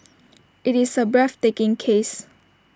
IT is A breathtaking case